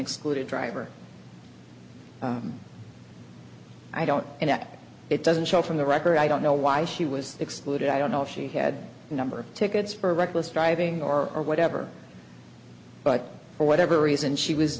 excluded driver i don't it doesn't show from the record i don't know why she was excluded i don't know if she had a number of tickets for reckless driving or or whatever but for whatever reason she was